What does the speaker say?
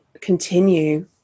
continue